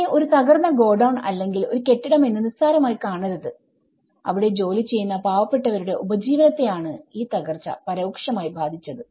ഇതിനെ ഒരു തകർന്ന ഗോഡൌൺ അല്ലെങ്കിൽ ഒരു കെട്ടിടം എന്ന് നിസാരമായി കാണരുത് അവിടെ ജോലിചെയ്യുന്ന പാവപ്പെട്ടവരുടെ ഉപജീവനത്തെ ആണ് ഈ തകർച്ച പരോക്ഷമായി ബാധിച്ചത്